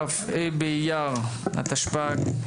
כ"ה באייר התשפ"ג,